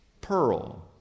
pearl